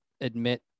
admit